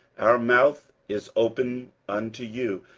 our mouth is open unto you,